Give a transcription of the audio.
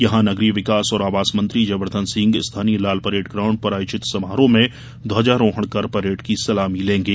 यहां नगरीय विकास और आवास मंत्री जयवर्द्वन सिंह स्थानीय लालपरेड ग्राउण्ड पर आयोजित समारोह में ध्वजारोहण कर परेड की सलामी लेंगे